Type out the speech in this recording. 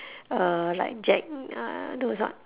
uh like Jack uh those what